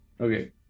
Okay